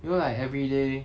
you know like everyday